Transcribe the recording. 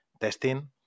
testing